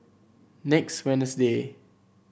next Wednesday